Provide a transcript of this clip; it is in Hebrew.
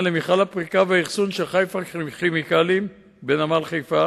"אגן כימיקלים" הוקם לפני שהוקמו מפעלים אחרים בסביבה.